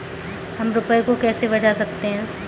हम रुपये को कैसे बचा सकते हैं?